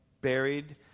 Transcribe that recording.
buried